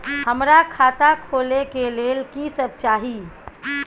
हमरा खाता खोले के लेल की सब चाही?